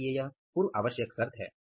इसलिए यह पूर्व आवश्यक शर्त है